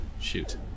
Shoot